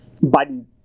biden